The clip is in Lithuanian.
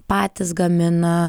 patys gamina